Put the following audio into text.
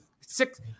six